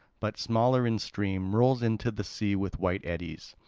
but smaller in stream, rolls into the sea with white eddies.